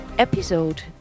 EPISODE